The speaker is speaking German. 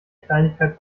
kleinigkeit